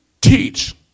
teach